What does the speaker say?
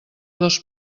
dos